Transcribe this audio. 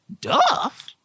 duff